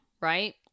right